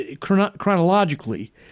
chronologically